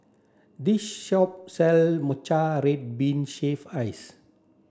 this shop sell Matcha Red Bean Shaved Ice